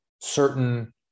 certain